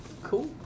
cool